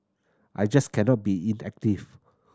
I just cannot be inactive